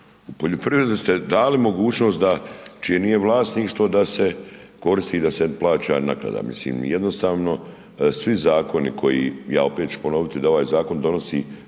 U poljoprivredi ste dali mogućnost da čije nije vlasništvo da se koristi i da se plaća naknada. Mislim, jednostavno svi zakoni koji, ja opet ću ponoviti da ovaj zakon donosi